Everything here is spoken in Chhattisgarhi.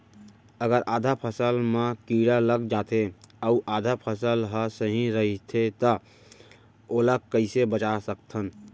अगर आधा फसल म कीड़ा लग जाथे अऊ आधा फसल ह सही रइथे त ओला कइसे बचा सकथन?